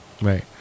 Right